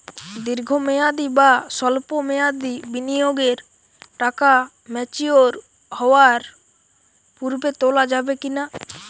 দীর্ঘ মেয়াদি বা সল্প মেয়াদি বিনিয়োগের টাকা ম্যাচিওর হওয়ার পূর্বে তোলা যাবে কি না?